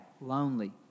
lonely